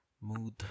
mood